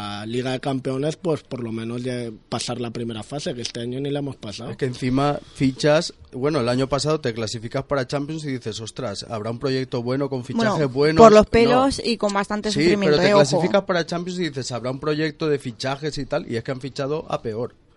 la Liga de Campeones, pues, por lo menos ya pasar la primera fase, que este año ni la hemos pasado. Es que encima fichas- bueno, el año pasado te clasificas para Champions y dices, "Ostras, ¿habrá un proyecto bueno con fichajes Bueno, por buenos?". los No. pelos y con bastante Sí, sufrimiento, pero te eh, ojo. clasificas para Champions y dices, "Habrá un proyecto de fichajes y tal", y es que han fichado a peor.